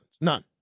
None